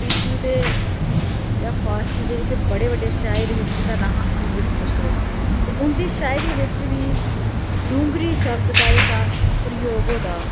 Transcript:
उर्दु दे जां फारसी दे जेह्के बड़े बड्डे शायर हे जिंदा नांऽ हा अमीर खुसरो ते उंदी शायरी बिच्च बी डुंगरी शब्द दा जेह्का प्रयोग होए दा